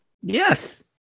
yes